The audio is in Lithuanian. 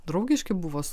draugiški buvo